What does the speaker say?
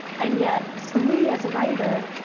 and yet, for me, as a writer,